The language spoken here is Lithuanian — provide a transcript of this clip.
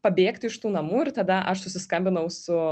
pabėgti iš tų namų ir tada aš susiskambinau su